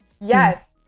Yes